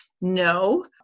No